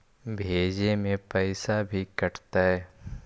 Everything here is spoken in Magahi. भेजे में पैसा भी कटतै?